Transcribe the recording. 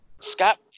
Scott –